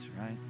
right